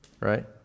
Right